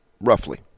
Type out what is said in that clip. roughly